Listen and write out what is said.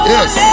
Yes